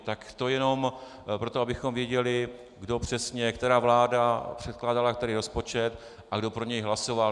Tak to jenom proto, abychom věděli, kdo přesně, která vláda předkládala který rozpočet a kdo pro něj hlasoval.